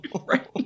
Right